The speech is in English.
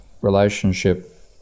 relationship